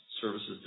services